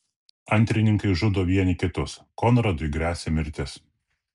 antrininkai žudo vieni kitus konradui gresia mirtis